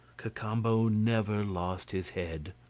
cacambo never lost his head.